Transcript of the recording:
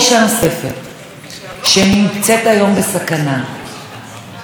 או שתתווסף לרשימה הקשה, הכואבת והאומללה הזאת,